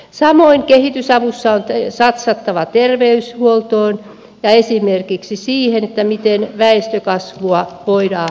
samoin kehitysavussa on satsattava terveydenhuoltoon ja esimerkiksi siihen miten väestökasvua voidaan hillitä